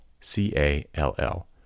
C-A-L-L